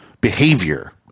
behavior